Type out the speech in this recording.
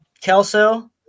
Kelso